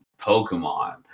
Pokemon